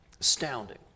Astounding